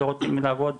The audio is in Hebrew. הם לא רוצים לעבוד,